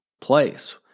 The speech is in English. place